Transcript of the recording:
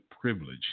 privilege